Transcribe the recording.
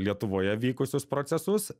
lietuvoje vykusius procesus